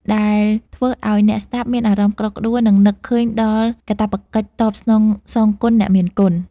ដែលធ្វើឱ្យអ្នកស្តាប់មានអារម្មណ៍ក្តុកក្តួល និងនឹកឃើញដល់កាតព្វកិច្ចតបស្នងសងគុណអ្នកមានគុណ។